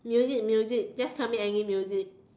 music music just tell me any music